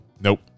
nope